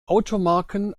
automarken